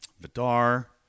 Vidar